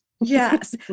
Yes